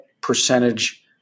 percentage